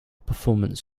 performance